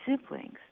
siblings